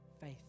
faith